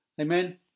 Amen